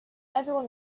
everyone